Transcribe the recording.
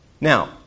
Now